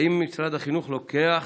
3. האם משרד החינוך לוקח